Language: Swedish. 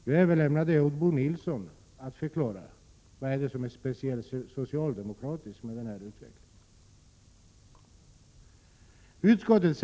Jag överlämnar åt Bo Nilsson att förklara vad som är speciellt socialdemokratiskt med den här utvecklingen.